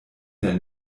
der